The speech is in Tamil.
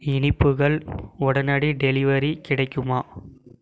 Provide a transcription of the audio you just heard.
இனிப்புகள் உடனடி டெலிவரி கிடைக்குமா